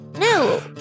No